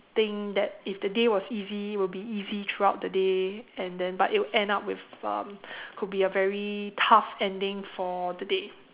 think that if the day was easy will be easy throughout the day and then but it will end up with um could be a very tough ending for the day